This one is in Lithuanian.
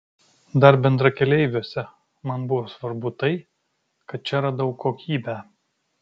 dar bendrakeleiviuose man buvo svarbu tai kad čia radau kokybę